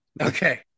Okay